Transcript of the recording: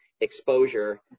exposure